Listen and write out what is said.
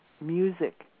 music